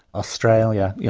australia, yeah